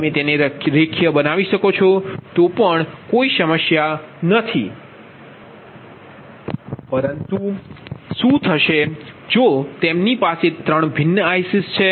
તમે તેને રેખીય બનાવી શકો છો તો પણ કોઈ સમસ્યા નથી પરંતુ શું થશે જો તેમની પાસે 3 ભિન્ન ICs છે